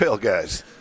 guys